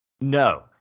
No